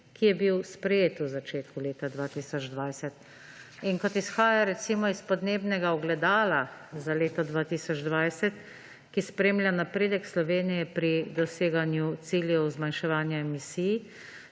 ki je bil sprejet v začetku leta 2020. Kot izhaja iz Podnebnega ogledala za leto 2020, ki spremlja napredek Slovenije pri doseganju ciljev zmanjševanja emisij,